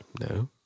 no